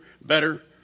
better